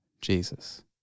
Jesus